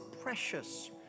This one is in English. Precious